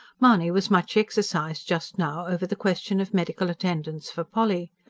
mahony was much exercised just now over the question of medical attendance for polly.